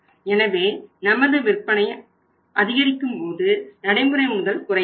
எனவே நமது விற்பனை அதிகரிக்கும்போது நடைமுறை முதல் குறையாது